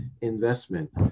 investment